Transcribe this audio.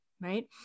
Right